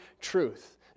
truth